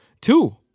two